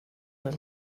and